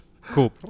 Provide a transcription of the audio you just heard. Cool